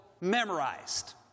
memorized